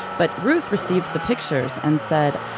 but ruth received the pictures and said,